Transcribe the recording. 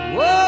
Whoa